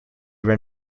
ran